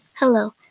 Hello